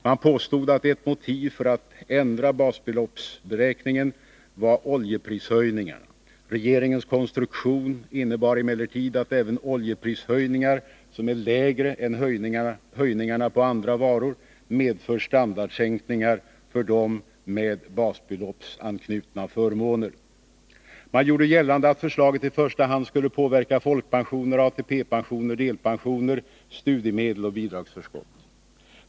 Man påstod att ett motiv för att ändra basbeloppsberäkningen var oljeprishöjningarna. Regeringens konstruktion innebar emellertid att även oljeprishöjningar som är lägre än höjningarna på andra varor medför standardsänkningar för dem med basbeloppsanknutna förmåner. Man gjorde gällande att förslaget i första hand skulle påverka folkpensioner, ATP-pensioner, delpensioner, studiemedel och bidragsförskott.